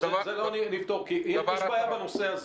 את זה לא נפתור כי יש עוד בעיה נושא הזה.